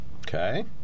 Okay